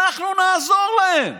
אנחנו נעזור להם.